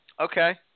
okay